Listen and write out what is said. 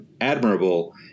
admirable